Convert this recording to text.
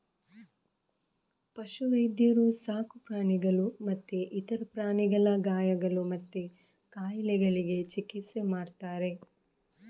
ಪಶು ವೈದ್ಯರು ಸಾಕು ಪ್ರಾಣಿಗಳು ಮತ್ತೆ ಇತರ ಪ್ರಾಣಿಗಳ ಗಾಯಗಳು ಮತ್ತೆ ಕಾಯಿಲೆಗಳಿಗೆ ಚಿಕಿತ್ಸೆ ಮಾಡ್ತಾರೆ